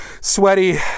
sweaty